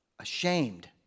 Ashamed